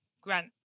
grant